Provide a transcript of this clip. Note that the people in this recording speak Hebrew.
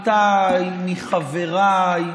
מעמיתיי, מחבריי,